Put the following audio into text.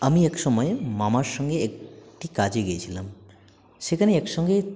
আমি এক সময় মামার সঙ্গে একটি কাজে গিয়েছিলাম সেখানে একসঙ্গে